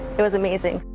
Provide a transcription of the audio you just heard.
it was amazing.